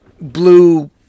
blue